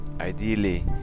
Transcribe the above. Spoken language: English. ideally